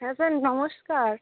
হ্যাঁ স্যার নমস্কার